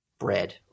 Bread